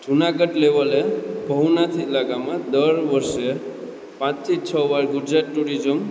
જુનાગઢ લેવલે ભવનાથ ઈલાકામાં દર વર્ષે પાંચથી છ વાર ગુજરાત ટુરિઝમ